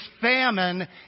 famine